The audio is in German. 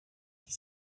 die